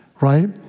right